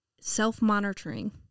self-monitoring